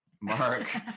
Mark